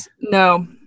No